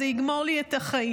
זה יגמור לי את החיים.